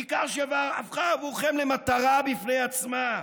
ניכר שהיא הפכה בעבורכם למטרה בפני עצמה,